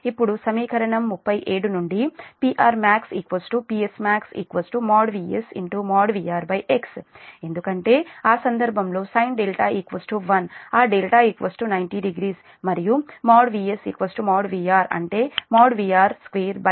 ఇప్పుడు సమీకరణం 37 నుండి PR PS VS|VR| xఎందుకంటే ఆ సందర్భంలో sin δ 1 ఆ δ 90◦ మరియు VS|VR| అంటే VR2 xఅంటే 132